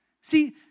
See